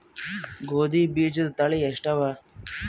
ಗೋಧಿ ಬೀಜುದ ತಳಿ ಎಷ್ಟವ?